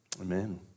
Amen